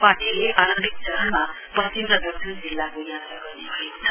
पार्टीले आरम्भिक चरणमा पश्चिम र दक्षिण जिल्लाको यात्रा गर्ने भएको छ